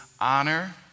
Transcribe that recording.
honor